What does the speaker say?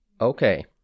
Okay